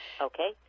Okay